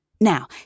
Now